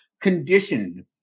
conditioned